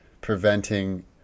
preventing